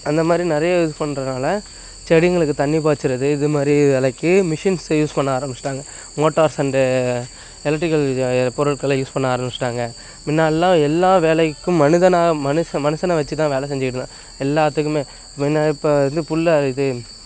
அந்த மாதிரி நிறைய யூஸ் பண்ணுறதுனால செடிங்களுக்கு தண்ணிப் பாய்ச்சுறது இது மாதிரி வேலைக்கு மிஷின்ஸ யூஸ் பண்ண ஆரம்பிச்சிவிட்டாங்க மோட்டார்ஸ் அண்டு எலெக்ட்ரிக்கல் இது பொருட்களை யூஸ் பண்ண ஆரம்பிச்சிவிட்டாங்க முன்னாடிலாம் எல்லா வேலைக்கும் மனிதனாக மனுஷன் மனுஷனை வச்சு தான் வேலை செஞ்சிக்கிட்டுருந்தாங்க எல்லாத்துக்குமே முன்ன இப்போ வந்து புல் இது